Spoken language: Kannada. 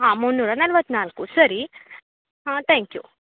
ಹಾಂ ಮುನ್ನೂರ ನಲವತ್ನಾಲ್ಕು ಸರಿ ಹಾಂ ತ್ಯಾಂಕ್ ಯು